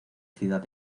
ciudad